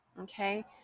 Okay